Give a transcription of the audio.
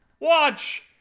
Watch